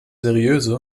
seriöse